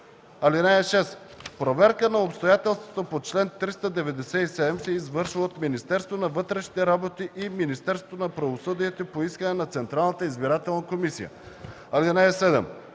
работи. (6) Проверка на обстоятелствата по чл. 397 се извършва от Министерството на вътрешните работи и Министерството на правосъдието по искане на Централната избирателна комисия. (7)